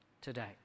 today